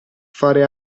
fare